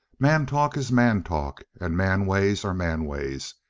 man-talk is man-talk, and man-ways are man-ways,